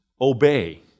obey